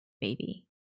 baby